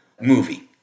movie